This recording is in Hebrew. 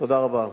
תודה רבה.